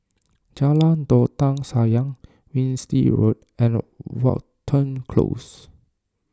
Jalan Dondang Sayang Winstedt Road and Watten Close